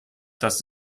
das